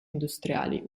industriali